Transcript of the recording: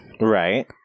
Right